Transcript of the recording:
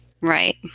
Right